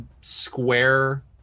square